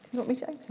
want me to